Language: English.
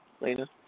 Lena